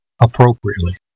appropriately